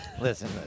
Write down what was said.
Listen